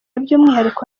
by’umwihariko